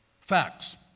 Facts